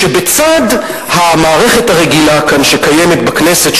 שבצד המערכת הרגילה כאן שקיימת בכנסת,